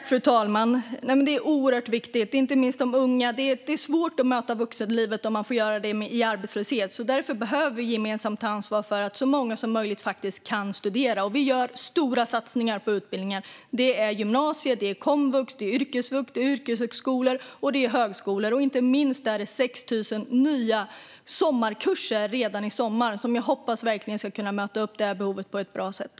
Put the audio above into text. Fru talman! Det här är oerhört viktigt. Det är svårt att möta vuxenlivet om man får göra det i arbetslöshet. Därför behöver vi gemensamt ta ansvar för att så många som möjligt faktiskt kan studera. Vi gör stora satsningar på utbildning. Det är gymnasiet, komvux, yrkesvux, yrkeshögskolor och högskolor - och inte minst finns det 6 000 nya sommarkurser redan i sommar som jag verkligen hoppas ska kunna möta det här behovet på ett bra sätt.